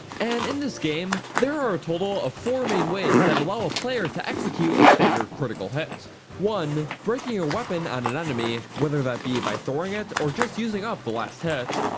and in this game, there are a total of four main ways that allow a player to execute a standard critical hit one, breaking your weapon on an enemy, weather that be by throwing it or just using up the last hit,